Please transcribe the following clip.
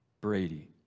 brady